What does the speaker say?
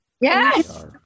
Yes